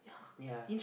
ya